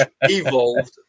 evolved